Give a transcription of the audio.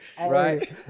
Right